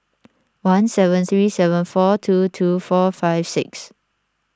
one seven three seven four two two four five six